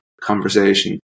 conversation